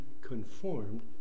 conformed